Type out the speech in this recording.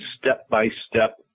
step-by-step